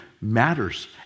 matters